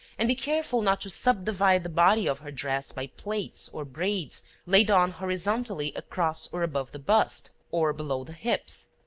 and be careful not to sub-divide the body of her dress by plaits or braids laid on horizontally across or above the bust, or below the hips.